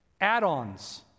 add-ons